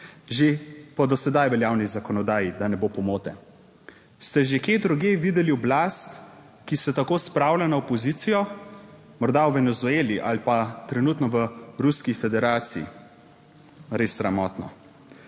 že po do sedaj veljavni zakonodaji, da ne bo pomote. Ste že kje drugje videli oblast, ki se tako spravlja na opozicijo? Morda v Venezueli ali pa trenutno v Ruski federaciji. Res sramotno!